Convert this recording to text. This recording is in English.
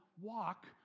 walk